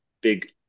big